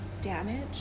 damage